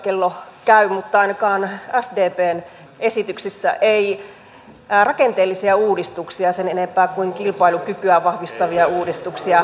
velkakello käy mutta ainakaan sdpn esityksissä ei rakenteellisia uudistuksia sen enempää kuin kilpailukykyä vahvistavia uudistuksia näy